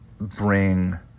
bring